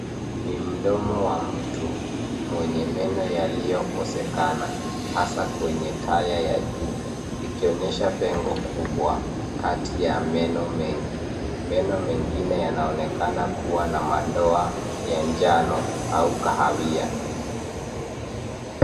Ni mdomo wa mtu wenye meno yaliyokososekana hasa kwenye taya ya juu ikionyesha pengo kubwa kati ya meno mengi. Meno mengine yanaonekana kuwa na doa ya njano au kahawia.